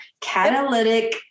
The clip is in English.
catalytic